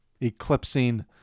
eclipsing